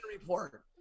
report